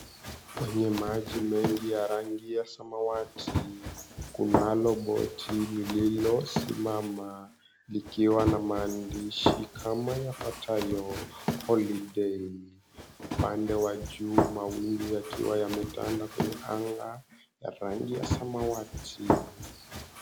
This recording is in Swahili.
Kwenye maji mengi yenye rangi ya samawati kunalo boti linalosimama likiwa na maandishi kama yafuatayo, "Holiday," upande wa juu mawingu yakiwa yametanda ya rangi ya samawati.